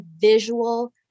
visual